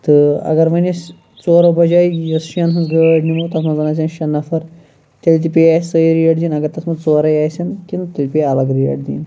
تہٕ اَگَر وۄنۍ اَسہِ ژورَو بَجاے یہِ شیٚن ہِنٛز گٲڑ نِمو تَتھ مَنٛز زن آسن شیٚے نَفَر تیٚلہِ تہِ پیٚیہِ اَسہِ سوٚے ریٹ دِنۍ اَگَر تَتھ مَنٛز ژورے آسن کِنہ تیٚلہِ پیٚیہِ اَلَگ ریٹ دِنۍ